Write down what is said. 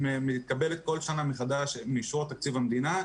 שמתקבלת כל שנה מחדש עם אישור תקציב המדינה,